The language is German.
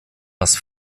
das